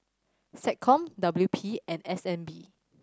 SecCom W P and S N B